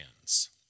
hands